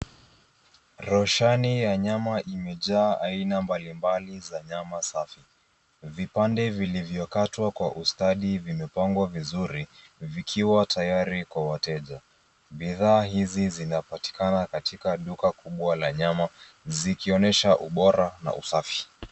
Roshani ya nyama zimejaa aina mbali mbali za nyama safi. Vipande vilivyo katwa kwa ustadi vimepangwa vizuri vikiwa tayari kwa wateja. Bidhaa hizi zinapatikana katika duka kubwa la nyama zikionyesha ubora na usafi.